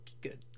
good